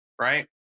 right